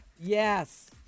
Yes